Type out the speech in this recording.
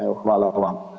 Evo hvala vam.